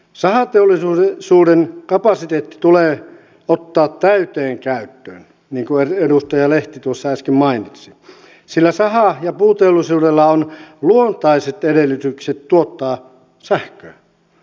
sahateollisuuden kapasiteetti tulee ottaa täyteen käyttöön niin kuin edustaja lehti tuossa äsken mainitsi sillä saha ja puuteollisuudella on luontaiset edellytykset tuottaa sähköä